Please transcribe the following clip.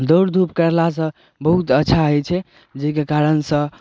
दौड़ धूप कयला सऽ बहुत अच्छा होइ छै जाहिके कारण सऽ